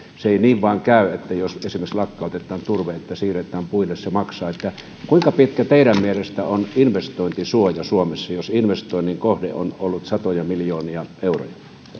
se ei niin vain käy jos esimerkiksi lakkautetaan turve että siirretään puille se maksaisi kuinka pitkä teidän mielestänne on investointisuoja suomessa jos investoinnin kohde on ollut satoja miljoonia euroja